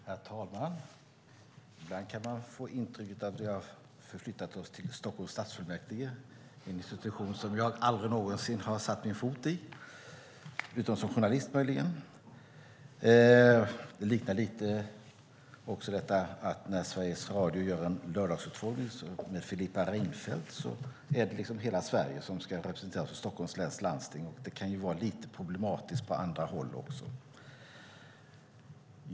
Herr talman! Ibland kan man få intrycket att vi förflyttat oss till Stockholms stadsfullmäktige, en institution som jag aldrig någonsin satt min fot i, utom möjligen som journalist. Det påminner om när Sveriges radio gör Ekots lördagsintervju med Filippa Reinfeldt och hela Sverige ska representeras av Stockholms läns landsting. Det kan kännas lite problematiskt på andra håll.